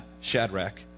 Shadrach